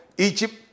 Egypt